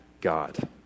God